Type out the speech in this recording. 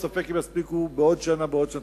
ספק אם יספיקו בעוד שנה או בעוד שנתיים.